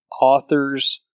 authors